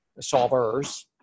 solvers